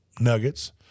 Nuggets